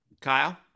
Kyle